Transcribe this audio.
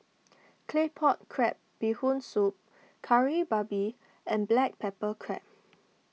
Claypot Crab Bee Hoon Soup Kari Babi and Black Pepper Crab